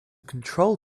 control